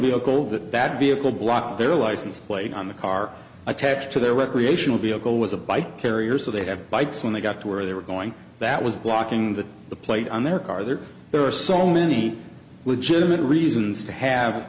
vehicle that bad vehicle blocked their license plate on the car attached to their recreational vehicle was a bike carrier so they have bikes when they got to where they were going that was blocking the plate on their car there there are so many legitimate reasons to have